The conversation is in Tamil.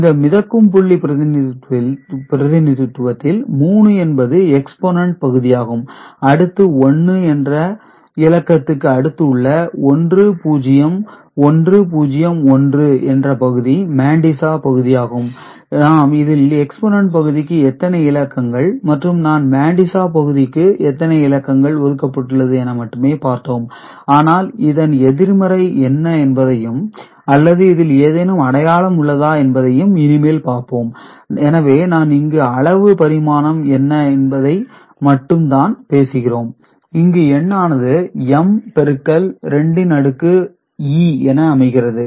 இந்த மிதக்கும் புள்ளி பிரதிநிதித்துவத்தில் 3 என்பது எக்ஸ்போனெட் பகுதியாகும் அடுத்து 1 என்ற என்ற இலக்கத்துக்கு அடுத்து உள்ள 1 0 1 0 1 என்ற பகுதி மேண்டிஸா பகுதி ஆகும் நாம் இதில் எக்ஸ்போனெட் பகுதிக்கு எத்தனை இலக்கங்கள் மற்றும் நான் மேண்டிஸா பகுதிக்கு எத்தனை இலக்கங்கள் ஒதுக்கப்பட்டுள்ளது என மட்டுமே பார்த்தோம் ஆனால் இதன் எதிர்மறை என்ன எனபதையும் அல்லது இதில் ஏதேனும் அடையாளம் உள்ளதா என்பதை இனிமேல் பார்ப்போம் எனவே நான் இங்கு அளவு பரிமாணம் என்ன என்பது மட்டும்தான் பேசுகிறோம் இங்கு எண்ணானது M பெருக்கல் 2 அடுக்கு E என அமைகிறது